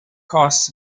costs